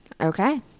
Okay